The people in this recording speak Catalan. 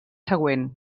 següent